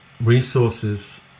resources